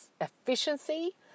efficiency